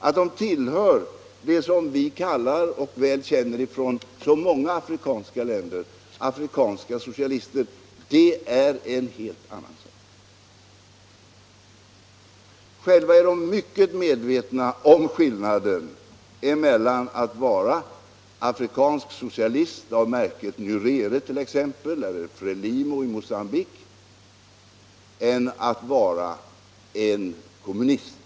Att de är vad vi känner väl till från många afrikanska länder, nämligen afrikanska socialister, är en helt annan sak. Själva är de mycket medvetna om skillnaden mellan att vara en afrikansk socialist, t.ex. av märket Nyerere eller Frelimo i Mogambique, och att vara en kommunist.